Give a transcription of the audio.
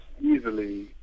easily